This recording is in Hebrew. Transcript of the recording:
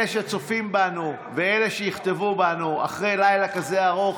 אלה שצופים בנו ואלה שיכתבו עלינו אחרי לילה כזה ארוך,